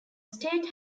state